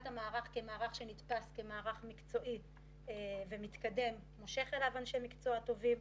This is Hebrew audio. מערך מקצועי ומתקדם שמושך אליו אנשי מקצוע טובים.